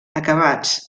acabats